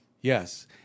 yes